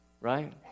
right